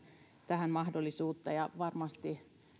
tähän mahdollisuutta varmasti